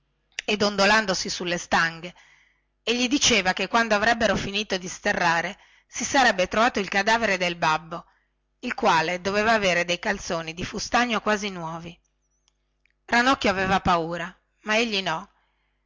e dondolandosi sulle stanghe e gli diceva che quando avrebbero finito di sterrare si sarebbe trovato il cadavere del babbo il quale doveva avere dei calzoni di fustagno quasi nuovi ranocchio aveva paura ma egli no